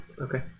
Okay